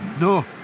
No